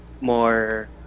more